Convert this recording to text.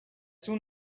soon